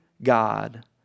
God